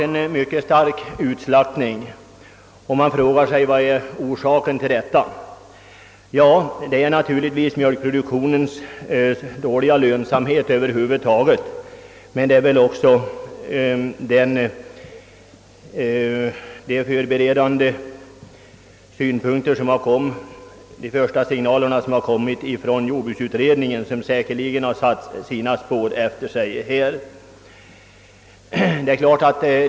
En mycket stark utslaktning har förekommit, och man frågar sig vad orsaken därtill är. Ja, bakom denna ligger naturligtvis mjölkproduktionens dåliga lönsamhet över huvud taget, men första signalerna från jordbruksutredningen har säkerligen också satt sina spår i detta sammanhang.